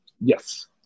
Yes